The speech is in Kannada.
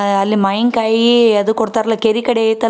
ಅಲ್ಲಿ ಮಾವಿನ್ಕಾಯೀ ಅದು ಕೊಡ್ತರಲ್ಲಾ ಕೆರೆ ಕಡೆ ಐತಲ್ಲ